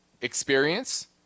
experience